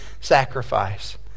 sacrifice